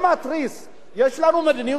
יש לנו מדיניות רווחה טובה.